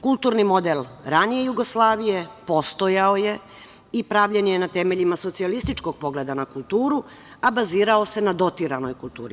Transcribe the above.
Kulturni model ranije Jugoslavije postojao je i pravljen je na temeljima socijalističkog pogleda na kulturu, a bazirao se na dotiranoj kulturi.